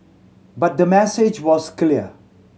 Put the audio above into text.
but the message was clear